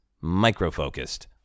micro-focused